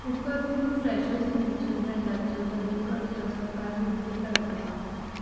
उपकार करून फ्रॅशो सिग्नेचर ब्रँडाच्यो द बेकर्ज डझन काजू कुकीज धाडूं नाका